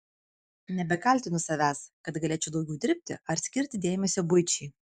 nebekaltinu savęs kad galėčiau daugiau dirbti ar skirti dėmesio buičiai